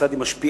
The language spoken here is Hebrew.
כיצד היא משפיעה